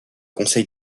conseil